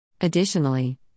Additionally